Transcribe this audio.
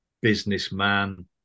businessman